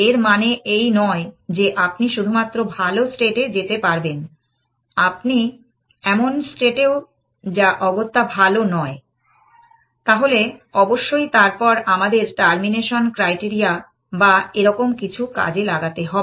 এর মানে এই নয় যে আপনি শুধুমাত্র ভালো স্টেট এ যেতে পারবেন আপনি এমন স্টেট এও যা অগত্যা ভাল নয়। তাহলে অবশ্যই তারপর আমাদের টার্মিনেশন ক্রাইটারিয়া বা এরকম কিছু কাজে লাগাতে হবে